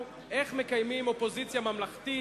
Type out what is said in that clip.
ואז אולי תלמדו מאתנו איך מקיימים אופוזיציה ממלכתית,